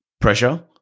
pressure